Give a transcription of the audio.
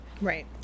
Right